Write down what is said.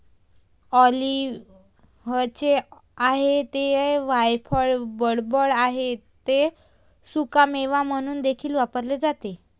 ऑलिव्हचे आहे ते वायफळ बडबड आहे ते सुकामेवा म्हणून देखील वापरले जाते